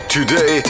Today